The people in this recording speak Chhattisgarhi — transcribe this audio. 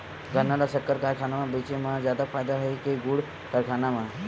गन्ना ल शक्कर कारखाना म बेचे म जादा फ़ायदा हे के गुण कारखाना म?